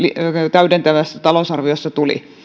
täydentävässä talousarviossa tuli